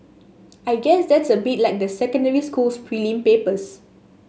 I guess that's a bit like the secondary school's prelim papers